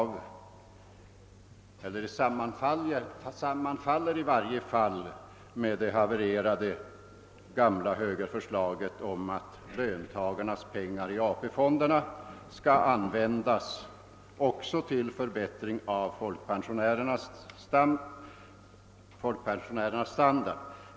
I varje fall sammanfaller det med det gamla havererade högerförslaget om att löntagarnas pengar i AP-fonderna skall användas även till förbättring av folkpensionärernas standard.